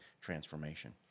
transformation